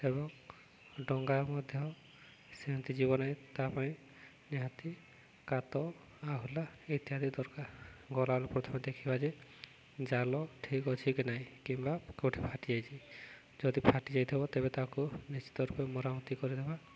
ଏବଂ ଡଙ୍ଗା ମଧ୍ୟ ସେମିତି ଯିବ ନାହିଁ ତା' ପାଇଁ ନିହାତି କାତ ଆହୁଲା ଇତ୍ୟାଦି ଦରକାର ଗରାଳ ପ୍ରଥମେ ଦେଖିବା ଯେ ଜାଲ ଠିକ୍ ଅଛି କି ନାହିଁ କିମ୍ବା କେଉଁଠି ଫାଟିଯାଇଛି ଯଦି ଫାଟି ଯାଇଥିବ ତେବେ ତାକୁ ନିଶ୍ଚିତ ରୂପେ ମରାମତି କରିଦେବା